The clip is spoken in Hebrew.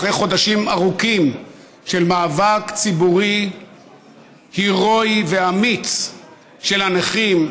אחרי חודשים ארוכים של מאבק ציבורי הירואי ואמיץ של הנכים,